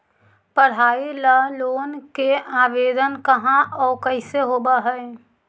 पढाई ल लोन के आवेदन कहा औ कैसे होब है?